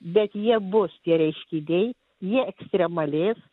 bet jie bus tie reiškiniai jie ekstremalės